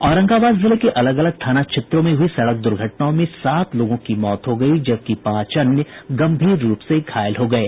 औरंगाबाद जिले के अलग अलग थाना क्षेत्रों में हुई सड़क दुर्घटनाओं में सात लोगों की मौत हो गयी जबकि पांच अन्य गंभीर रूप से घायल हो गये